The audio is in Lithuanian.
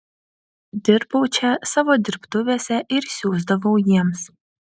dirbau čia savo dirbtuvėse ir siųsdavau jiems